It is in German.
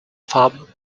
farben